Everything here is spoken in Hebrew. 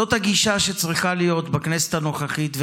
זאת הגישה שצריכה להיות בכנסת הנוכחית,